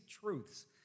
truths